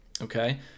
Okay